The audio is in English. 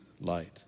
light